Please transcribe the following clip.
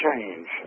change